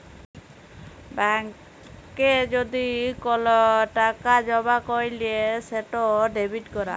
ব্যাংকে যদি কল টাকা জমা ক্যইরলে সেট ডেবিট ক্যরা